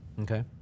okay